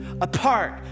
apart